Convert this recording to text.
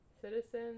Citizen